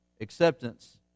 acceptance